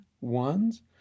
ones